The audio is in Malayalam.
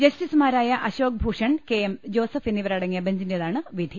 ജസ്റ്റിസുമാരായ അശോക് ഭൂഷൺ കെഎം ജോസഫ് എന്നിവരടങ്ങിയ ബെഞ്ചി ന്റേതാണ് വിധി